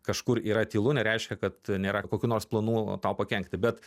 kažkur yra tylu nereiškia kad nėra kokių nors planų tau pakenkti bet